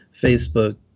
Facebook